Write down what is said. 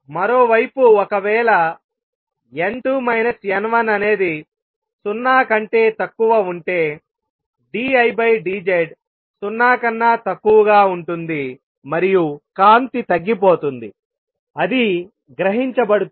మరోవైపు ఒకవేళ n2 n1అనేది సున్నా కంటే తక్కువ ఉంటే dI dZ సున్నా కన్నా తక్కువగా ఉంటుంది మరియు కాంతి తగ్గిపోతుంది అది గ్రహించబడుతుంది